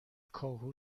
کاهو